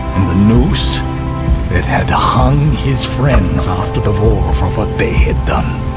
and the noose that had hung his friends after the war for what they had done,